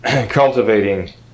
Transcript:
cultivating